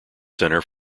centre